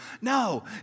No